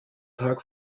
tag